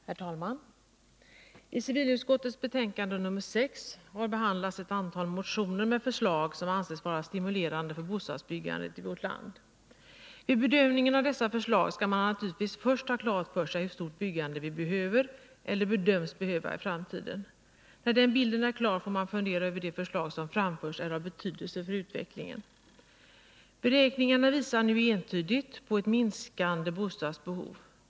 Herr talman! I civilutskottets betänkande nr 6 har behandlats ett antal motioner med förslag som anses vara stimulerande för bostadsbyggandet i vårt land. Vid bedömningen av dessa förslag skall man naturligtvis först ha klart för sig hur stort byggande vi behöver eller bedöms behöva i framtiden. När den bilden är klar får man fundera över om de förslag som framförts är av betydelse för utvecklingen. Beräkningar visar nu entydigt på ett minskande bostadsbehov.